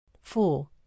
Four